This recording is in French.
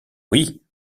oui